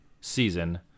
season